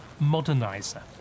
modernizer